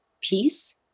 peace